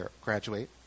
graduate